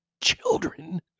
children